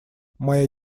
моя